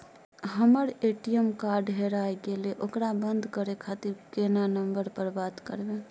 हमर ATM card हेराय गेले ओकरा बंद करे खातिर केना नंबर पर बात करबे?